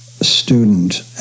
Student